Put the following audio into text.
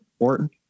important